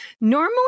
Normally